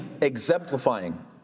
exemplifying